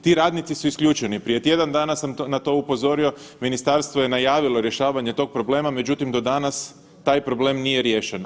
Ti radnici su isključeni, prije tjedan dana sam na to upozorio, ministarstvo je najavilo rješavanje tog problema, međutim do danas taj problem nije riješen.